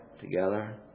together